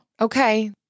Okay